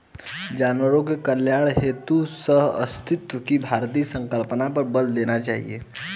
जानवरों के कल्याण हेतु सहअस्तित्व की भारतीय संकल्पना पर बल देना चाहिए